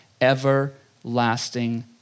everlasting